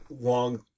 long